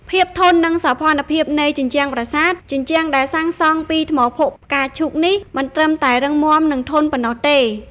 ភាពធន់ និងសោភ័ណភាពនៃជញ្ជាំងប្រាសាទ ជញ្ជាំងដែលសាងសង់ពីថ្មភក់ផ្កាឈូកនេះ មិនត្រឹមតែរឹងមាំ និងធន់ប៉ុណ្ណោះទេ។